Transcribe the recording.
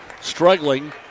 struggling